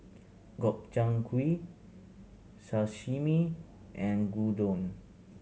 Gobchang Gui Sashimi and Gyudon